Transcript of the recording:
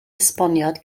esboniad